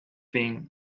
thing